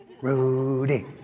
Rudy